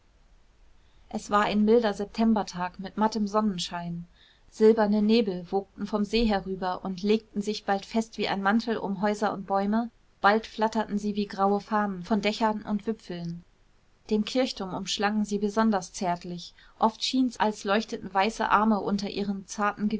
es war ein milder septembertag mit mattem sonnenschein silberne nebel wogten vom see herüber und legten sich bald fest wie ein mantel um häuser und bäume bald flatterten sie wie graue fahnen von dächern und wipfeln den kirchturm umschlangen sie besonders zärtlich oft schien's als leuchteten weiße arme unter ihrem zarten